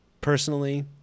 personally